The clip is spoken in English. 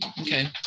Okay